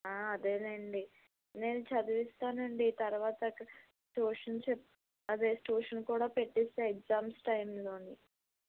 అదేనండి నేను చదివిస్తానండి తరువాత ట్యూషన్ అదే ట్యూషన్ కూడా పెట్టిస్తా ఎగ్జామ్స్ టైంలో